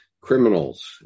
criminals